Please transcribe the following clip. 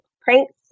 pranks